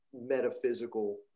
metaphysical